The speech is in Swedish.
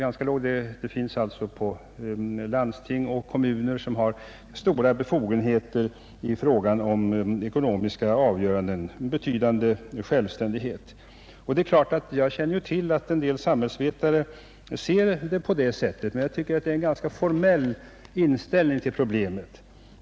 Hos landsting och kommuner som har stora befogenheter i fråga om ekonomiska avgöranden finns det alltså en betydande självständighet. Jag känner till att en del samhällsvetare ser saken på det sättet, men jag tycker att det är en felaktig inställning till problemet.